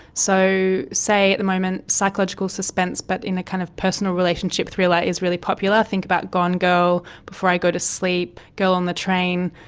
so say at the moment psychological suspense but in a kind of personal relationship thriller is really popular think about gone girl, before i go to sleep, girl on the train.